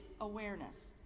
awareness